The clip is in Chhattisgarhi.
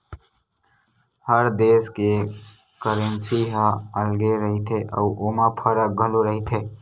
हर देस के करेंसी ह अलगे रहिथे अउ ओमा फरक घलो रहिथे